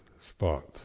spot